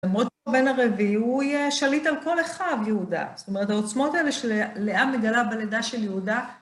למרות שהוא בן הרביעי, הוא יהיה שליט על כל אחיו יהודה. זאת אומרת, העוצמות האלה שלאה מגלה בלידה של יהודה.